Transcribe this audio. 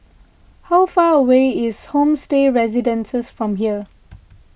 how far away is Homestay Residences from here